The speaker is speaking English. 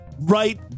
right